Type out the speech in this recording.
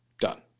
Done